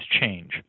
change